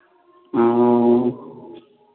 हाँ